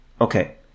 Okay